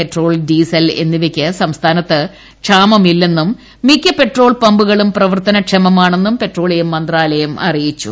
petrol diesel എന്നിവയ്ക്ക് സംസ്ഥാനത്ത് ക്ഷാമമില്ലെന്നും മിക്കുകൂ പ്പെട്രോൾ പമ്പുകളും പ്രവർത്തന ക്ഷമമാണെന്നും പെട്ട്രോളീയം മന്ത്രാലയം അറിയിച്ചു